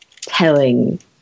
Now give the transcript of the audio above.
telling